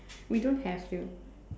we don't have to